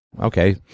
okay